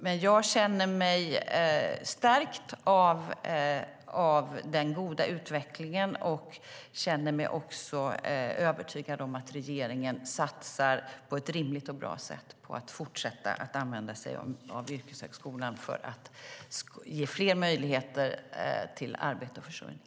Men jag känner mig stärkt av den goda utvecklingen och känner mig också övertygad om att regeringen satsar på ett rimligt och bra sätt på att fortsätta att använda sig av yrkeshögskolan för att ge fler möjligheter till arbete och försörjning.